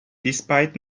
despite